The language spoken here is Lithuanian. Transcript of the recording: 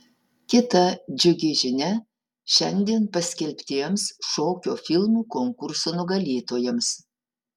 kita džiugi žinia šiandien paskelbtiems šokio filmų konkurso nugalėtojams